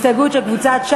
משרד הבינוי והשיכון,